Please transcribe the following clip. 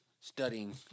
studying